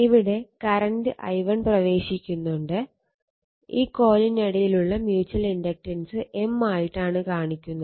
ഇവിടെ current i1 പ്രവേശിക്കുന്നുണ്ട് ഈ കോയിലിനിടയിലുള്ള മ്യൂച്ചൽ ഇൻഡക്റ്റൻസ് M ആയിട്ടാണ് കാണിക്കുന്നത്